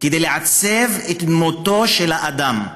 כדי לעצב את דמותו של האדם,